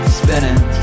spinning